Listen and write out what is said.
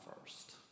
first